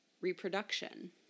reproduction